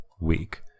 week